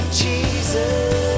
jesus